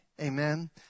Amen